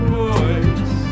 voice